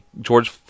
George